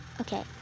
okay